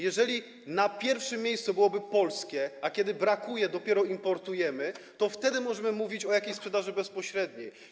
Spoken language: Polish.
Jeżeli na pierwszym miejscu byłoby to, co polskie, a kiedy tego brakuje, dopiero importujemy, to wtedy możemy mówić o jakiejś sprzedaży bezpośredniej.